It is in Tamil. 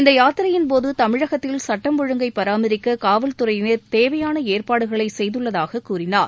இந்த யாத்திரையின்போது தமிழகத்தில் சட்டம் ஒழுங்கை பராமரிக்க காவல்துறையினர் தேவையான ஏற்பாடுகளை செய்துள்ளதாக கூறினார்